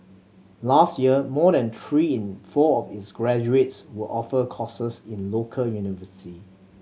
last year more than three in four graduates were offered courses in local university